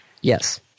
Yes